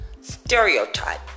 stereotype